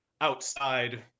outside